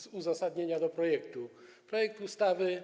Z uzasadnienia projektu: projekt ustawy